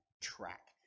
track